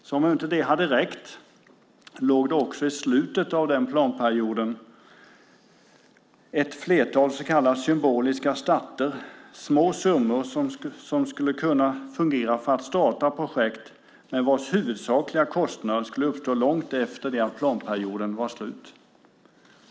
Som om inte det hade räckt låg det också i slutet av planperioden ett flertal så kallade symboliska starter, små summor som skulle kunna fungera för att starta projekt men vars huvudsakliga kostnader skulle uppstå långt efter det att planperioden var slut.